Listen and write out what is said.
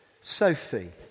Sophie